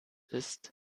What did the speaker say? ist